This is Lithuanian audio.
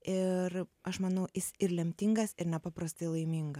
ir aš manau jis ir lemtingas ir nepaprastai laiminga